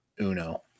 Uno